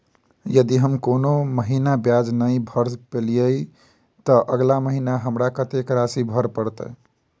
यदि हम कोनो महीना ब्याज नहि भर पेलीअइ, तऽ अगिला महीना हमरा कत्तेक राशि भर पड़तय?